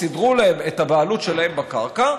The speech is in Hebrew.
סידרו להם את הבעלות שלהם בקרקע,